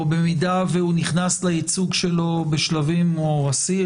או במידה והוא נכנס לייצוג שלו בשלבים או אסיר